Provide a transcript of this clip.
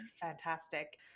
fantastic